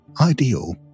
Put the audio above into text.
ideal